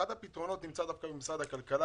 אחד הפתרונות נמצא במשרד הכלכלה